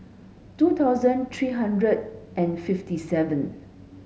two thousand three hundred and fifty seven